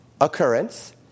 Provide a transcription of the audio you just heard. occurrence